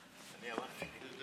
אני איתך.